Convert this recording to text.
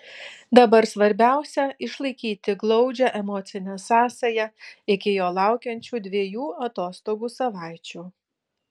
dabar svarbiausia išlaikyti glaudžią emocinę sąsają iki jo laukiančių dviejų atostogų savaičių